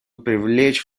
привлечь